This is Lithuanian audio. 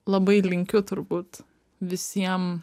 labai linkiu turbūt visiem